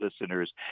listeners